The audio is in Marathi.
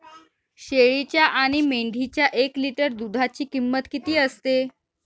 शेळीच्या आणि मेंढीच्या एक लिटर दूधाची किंमत किती असते?